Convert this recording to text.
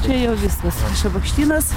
čia jau viskas šabakštynas